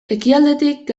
ekialdetik